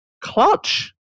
clutch